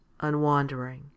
unwandering